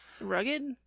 Rugged